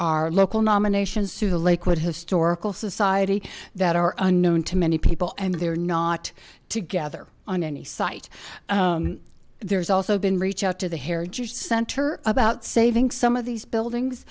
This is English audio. are local nominations to the lakewood historical society that are unknown to many people and they're not together on any site there's also been reach out to the hair just center about saving some of these buildings